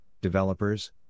developers